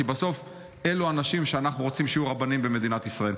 כי בסוף אלו האנשים שאנחנו רוצים שיהיו רבנים במדינת ישראל.